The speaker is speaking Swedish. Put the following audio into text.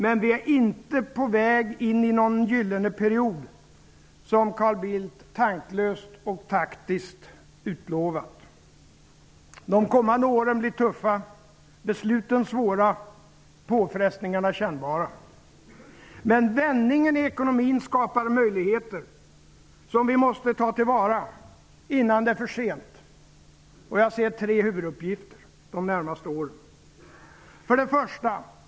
Men vi är inte på väg in i någon ''gyllene period'', som Carl Bildt tanklöst och taktiskt utlovat. De kommande åren blir tuffa, besluten svåra, påfrestningarna kännbara. Men vändningen i ekonomin skapar möjligheter, som vi måste ta till vara, innan det är för sent. Jag ser tre huvuduppgifter de närmaste åren. 1.